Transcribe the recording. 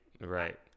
right